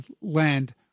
land